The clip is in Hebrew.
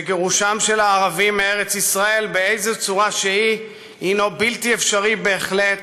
שגירושם של הערבים מארץ-ישראל בכל צורה שהיא הנו בלתי אפשרי בהחלט,